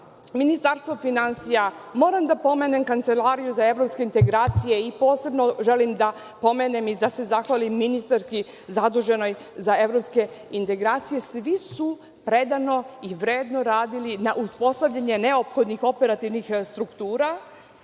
Ministarstvo finansija, moram da pomenem Kancelariju za evropske integracije i posebno želim da pomenem i da se zahvalim ministarki zaduženoj za evropske integracije, svi su predano i vredno radili na uspostavljanju neophodnih operativnih struktura